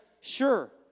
sure